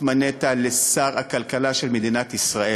התמנית לשר הכלכלה של מדינת ישראל.